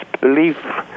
belief